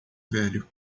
velho